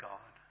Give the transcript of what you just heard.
God